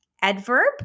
adverb